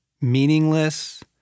meaningless